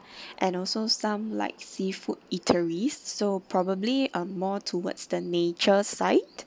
and also some like seafood eateries so probably a more towards the nature site